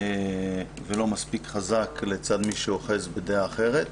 ולא מספיק חזק לצד מי שאוחז בדעה אחרת.